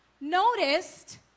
noticed